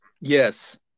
Yes